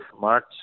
March